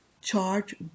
charge